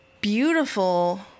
beautiful